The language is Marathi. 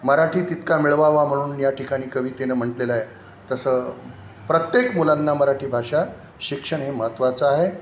मराठी तितका मिळवावा म्हणून या ठिकाणी कवितेनं म्हटलं आहे तसं प्रत्येक मुलांना मराठी भाषा शिक्षण हे महत्त्वाचं आहे